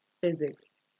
physics